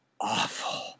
awful